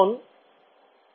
ছাত্র ছাত্রীঃ